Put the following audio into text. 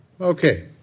Okay